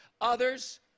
Others